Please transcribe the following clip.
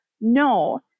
No